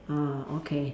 ah okay